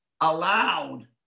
allowed